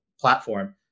platform